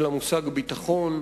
של המושג "ביטחון",